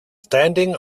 standing